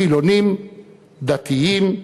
חילונים, דתיים,